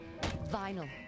vinyl